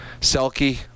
Selkie